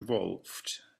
evolved